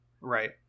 Right